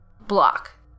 block